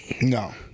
No